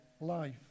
life